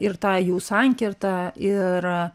ir tą jų sankirtą ir